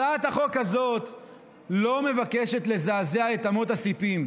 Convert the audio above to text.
הצעת החוק הזאת לא מבקשת לזעזע את אמות הסיפים.